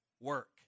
work